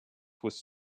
was